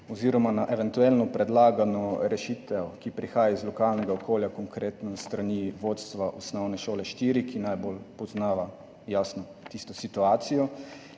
oziroma na morebitno predlagano rešitev, ki prihaja iz lokalnega okolja, konkretno s strani vodstva Osnovne šole IV, ki najbolj jasno pozna tisto situacijo.